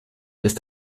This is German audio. ist